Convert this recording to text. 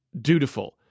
dutiful